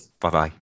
Bye-bye